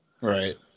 Right